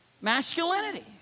masculinity